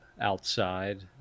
outside